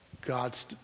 God's